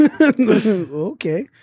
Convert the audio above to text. Okay